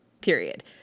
period